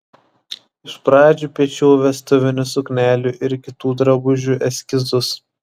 iš pradžių piešiau vestuvinių suknelių ir kitų drabužių eskizus